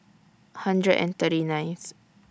hundred and thirty ninth